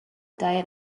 diet